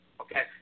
okay